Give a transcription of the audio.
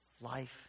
life